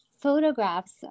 photographs